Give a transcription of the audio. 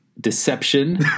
deception